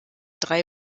drei